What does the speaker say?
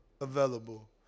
available